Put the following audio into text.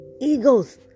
eagles